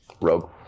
rogue